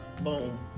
Boom